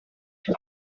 est